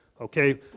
okay